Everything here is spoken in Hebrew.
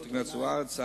חברת הכנסת זוארץ,